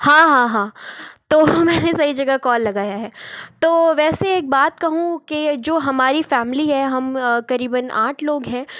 हाँ हाँ हाँ तो मैंने सही जगह कॉल लगाया है तो वैसे एक बात कहूँ के जो हमारी फैमिली है हम करीबन आठ लोग हैं